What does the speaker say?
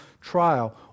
trial